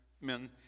men